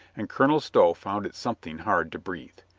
and colonel stow found it some thing hard to breathe.